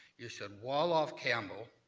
you should wall off campbell,